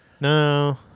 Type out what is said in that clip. No